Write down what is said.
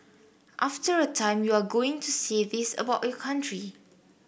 after a time you are going to say this about your country